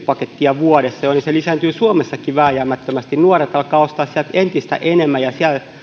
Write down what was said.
pakettia vuodessa niin se lisääntyy suomessakin vääjäämättömästi ja nuoret alkavat ostaa sieltä entistä enemmän ja siellä